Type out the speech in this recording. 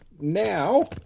now